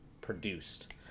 produced